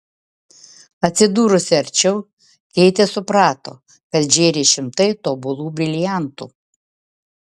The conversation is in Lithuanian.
atsidūrusi arčiau keitė suprato kad žėri šimtai tobulų briliantų